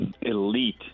Elite